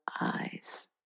eyes